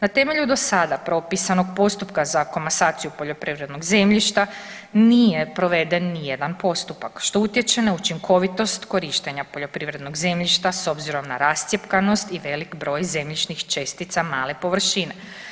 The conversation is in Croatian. Na temelju do sada propisanog postupka za komasaciju poljoprivrednog zemljišta nije proveden nijedan postupak što utječe na učinkovitost korištenja poljoprivrednog zemljišta s obzirom na rascjepkanost i velik broj zemljišnih čestica male površine.